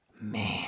man